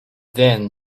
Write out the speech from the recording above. then